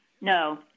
No